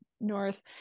north